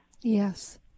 Yes